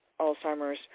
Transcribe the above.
Alzheimer's